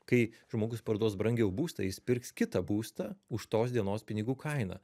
kai žmogus parduos brangiau būstą jis pirks kitą būstą už tos dienos pinigų kainą